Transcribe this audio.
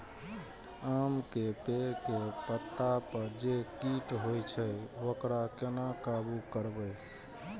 आम के पेड़ के पत्ता पर जे कीट होय छे वकरा केना काबू करबे?